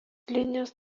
linijos